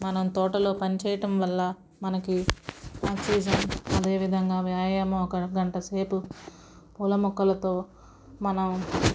మనం తోటలో పనిచేయటం వల్ల మనకి ఆక్సిజన్ అదేవిధంగా వ్యాయామం ఒక గంటసేపు పూల మొక్కలతో మనం